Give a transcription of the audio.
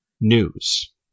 news